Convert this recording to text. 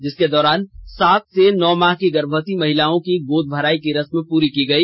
जिसके दौरान सात से नौ माह की गर्भवतियों महिलाओं की गोदभराई की रस्म पुरी की गई